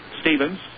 Stevens